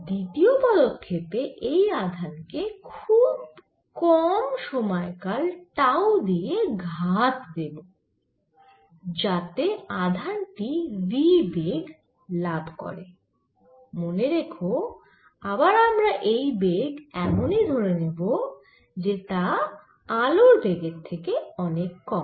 দ্বিতীয় পদক্ষেপে এই আধান কে খুব কম সময়কাল টাউ দিয়ে ঘাত করব যাতে আধান টি v বেগ লাভ করবে মনে রেখো আবার আমরা এই বেগ এমনই ধরে নেব যে তা আলোর বেগের চেয়ে অনেক কম